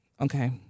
okay